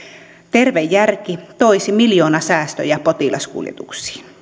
terve järki toisi miljoonasäästöjä potilaskuljetuksiin